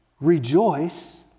rejoice